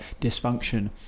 dysfunction